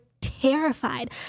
terrified